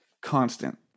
Constant